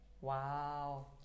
wow